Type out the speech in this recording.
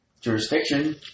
jurisdiction